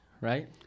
right